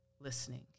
listening